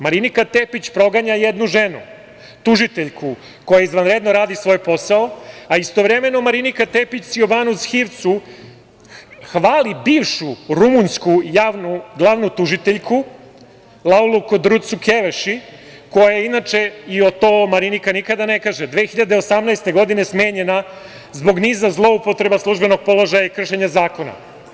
Marinika Tepić proganja jednu ženu, tužiteljku koja izvanredno radi svoj posao, a istovremeno Marinika Tepić Ciobanu Zhivcu hvali bivšu rumunsku glavnu tužiteljku Lauru Kruducu Keveši koja je inače, a to Marinika nikada ne kaže, 2018. godine smenjena zbog niza zloupotreba službenog položaja i kršenja zakona.